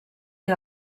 que